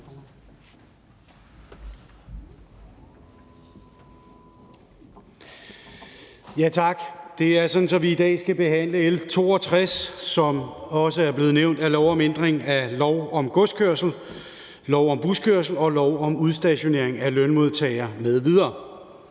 formand. Det er sådan, at vi i dag skal behandle L 62, som det også er blevet nævnt, altså forslag til lov om ændring af lov om godskørsel, lov om buskørsel og lov om udstationering af lønmodtagere m.v.